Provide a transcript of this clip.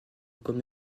comme